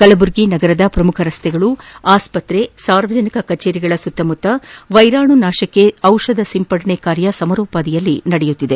ಕಲಬುರಗಿ ನಗರದ ಪ್ರಮುಖ ರಸ್ತೆಗಳು ಆಸ್ವತ್ರೆ ಸಾರ್ವಜನಿಕ ಕಚೇರಿಗಳ ಸುತ್ತುಮುತ್ತ ವೈರಾಣು ನಾಶಕ್ಕೆ ಔಷಧಿ ಸಿಂಪರಣೆ ಕಾರ್ಯ ಸಮರೋಪಾದಿಯಲ್ಲಿ ನಡೆಯುತ್ತಿದೆ